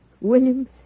William's